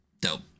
Dope